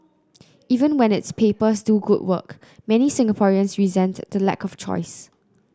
even when its papers do good work many Singaporeans resent the lack of choice